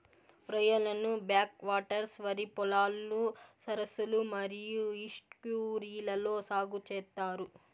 రొయ్యలను back waters, వరి పొలాలు, సరస్సులు మరియు ఈస్ట్యూరీలలో సాగు చేత్తారు